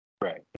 right